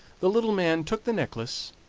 the little man took the necklace,